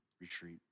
retreat